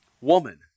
woman